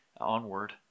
onward